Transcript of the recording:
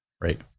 Right